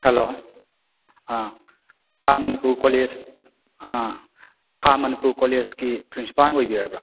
hello ꯈꯥ Manipur college ꯑꯥ ꯈꯥ ꯃꯅꯤꯄꯨꯔ ꯀꯣꯂꯦꯖꯀꯤ ꯄ꯭ꯔꯤꯟꯁꯤꯄꯥꯟ ꯑꯣꯏꯕꯤꯔꯕ꯭ꯔꯥ